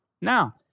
Now